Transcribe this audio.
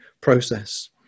process